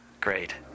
great